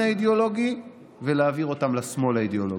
האידיאולוגי ולהעביר אותם לשמאל האידיאולוגי.